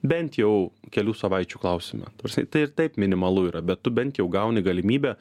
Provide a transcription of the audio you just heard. bent jau kelių savaičių klausimą ta prasme tai ir taip minimalu yra bet tu bent jau gauni galimybę